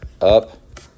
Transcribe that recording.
up